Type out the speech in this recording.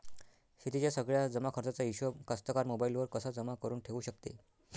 शेतीच्या सगळ्या जमाखर्चाचा हिशोब कास्तकार मोबाईलवर कसा जमा करुन ठेऊ शकते?